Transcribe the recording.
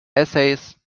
essays